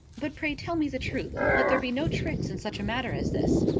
but pray tell me the truth. let there be no tricks in such a matter as this.